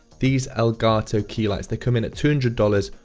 these elgato key lights, they come in at two hundred dollars,